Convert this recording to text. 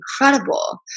incredible